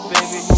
Baby